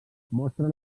mostra